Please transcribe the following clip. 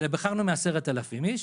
בחרנו מ-10,000 איש.